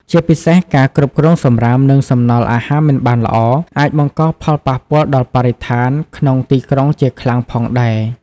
ជាពិសេសការគ្រប់គ្រងសំរាម និងសំណល់អាហារមិនបានល្អ អាចបង្កផលប៉ះពាល់ដល់បរិស្ថានក្នុងទីក្រុងជាខ្លាំងផងដែរ ។